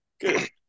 Good